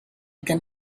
can